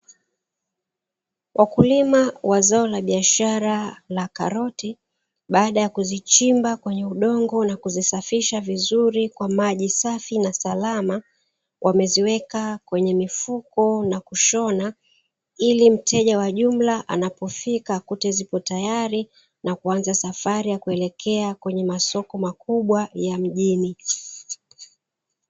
Wakulima wazao la biashara la karoti, baada ya kuzichimba kwenye udongo na kuzisafisha vizuri kwa maji safi na salama, wameziweka kwenye mifuko na kushona, ili mteja wa jumla anapofika kute ziko tayari na kuanza safari ya kuelekea kwenye masoko makubwa ya mjini.